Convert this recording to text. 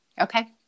okay